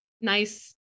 nice